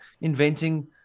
inventing